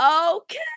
Okay